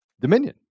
Dominion